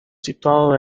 situado